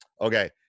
okay